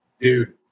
dude